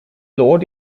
lord